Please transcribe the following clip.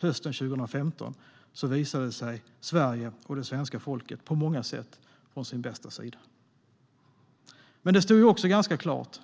Hösten 2015 visade sig Sverige och det svenska folket på många sätt från sin bästa sida. Men det stod också klart